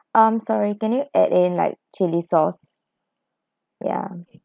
um sorry can you add in like chili sauce yeah